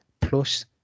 plus